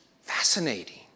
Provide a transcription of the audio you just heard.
Fascinating